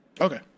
Okay